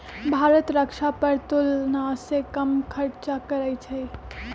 भारत रक्षा पर तुलनासे कम खर्चा करइ छइ